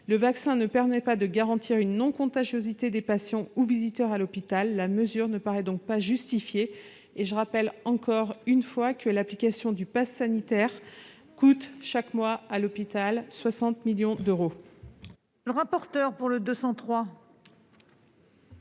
Le vaccin ne permettant pas de garantir une non-contagiosité des patients ou visiteurs à l'hôpital, la mesure ne paraît pas justifiée. Je rappelle encore une fois que l'application du passe sanitaire coûte chaque mois 60 millions d'euros